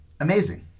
amazing